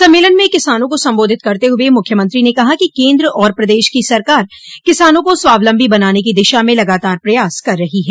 सम्मेलन में किसानों को सम्बोधित करते हुए मुख्यमंत्री ने कहा कि केन्द्र और प्रदेश की सरकार किसानों को स्वालम्बी बनाने की दिशा में लगातार प्रयास कर रही है